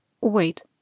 Wait